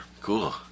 Cool